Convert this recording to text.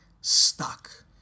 stuck